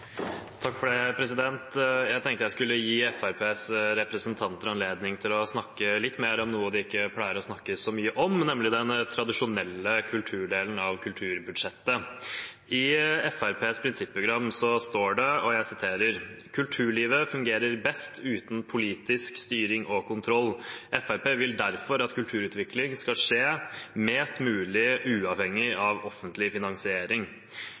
mye om, nemlig den tradisjonelle kulturdelen av kulturbudsjettet. I Fremskrittspartiets prinsipprogram står det: «Kulturlivet fungerer best uten politisk styring og kontroll. FrP vil derfor at kulturutvikling skal skje mest mulig uavhengig av offentlig finansiering